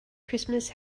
christmas